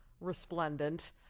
resplendent